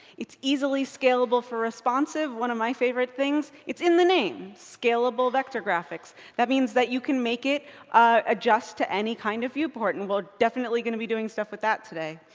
it's easily scalable for responsive. one of my favorite things. it's in the name. scalable vector graphics. that means that you can make it adjust to any kind of viewport. and we're definitely gonna be doing stuff with that today.